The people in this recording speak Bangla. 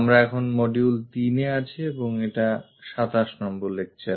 আমরা এখন মডিউল তিনে আছি এবং এটা 27 নম্বর লেকচার